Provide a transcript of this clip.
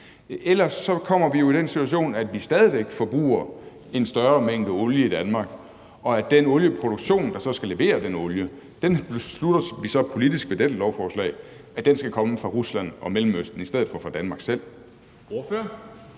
Ellers kommer vi jo i den situation, at vi stadig væk forbruger en større mængde olie i Danmark, og at den olieproduktion, der så skal levere den olie, har vi så med det her lovforslag politisk besluttet skal komme fra Rusland og Mellemøsten i stedet for fra Danmark selv.